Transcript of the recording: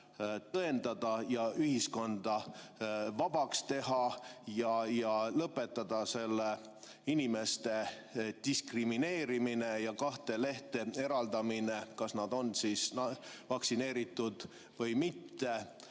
tõendada ja ühiskonda vabamaks teha ning lõpetada selle inimeste diskrimineerimise ja kahte lehte eraldamise [selle järgi], kas nad on vaktsineeritud või mitte.